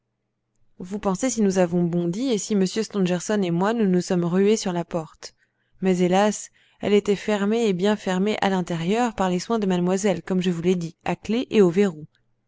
vous pensez si nous avons bondi et si m stangerson et moi nous nous sommes rués sur la porte mais hélas elle était fermée et bien fermée à l'intérieur par les soins de mademoiselle comme je vous l'ai dit à clef et au verrou